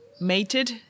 mated